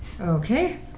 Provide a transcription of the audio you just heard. Okay